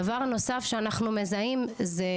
דבר נוסף שאנחנו מזהים זה,